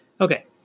Okay